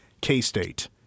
K-State